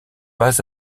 pas